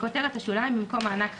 (1) בכותרת השוליים, במקום "מענק חד-פעמי"